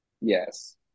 yes